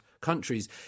countries